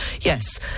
yes